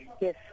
Yes